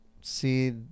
see